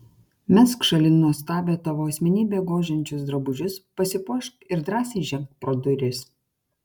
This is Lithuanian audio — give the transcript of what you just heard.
mesk šalin nuostabią tavo asmenybę gožiančius drabužius pasipuošk ir drąsiai ženk pro duris